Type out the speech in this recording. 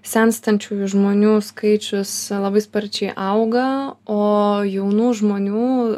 senstančiųjų žmonių skaičius labai sparčiai auga o jaunų žmonių